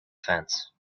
fence